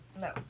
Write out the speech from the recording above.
No